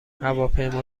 هواپیما